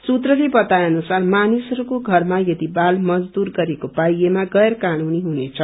सूत्रले बताए अनुसार मानिसहरूको षरमा यदि बाल मजदुर गरेको पाईएमा गैर जानूनी हुनेछ